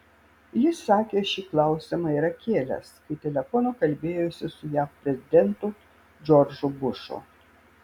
jis sakė šį klausimą yra kėlęs kai telefonu kalbėjosi su jav prezidentu džordžu bušu